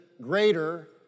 greater